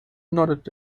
nodded